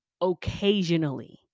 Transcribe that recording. occasionally